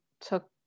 took